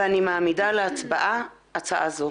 ואני מעמידה להצבעה הצעה זו.